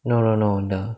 no no no the